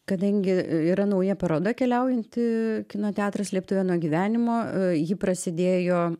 kadangi yra nauja paroda keliaujanti kino teatras slėptuvė nuo gyvenimo ji prasidėjo